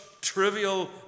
trivial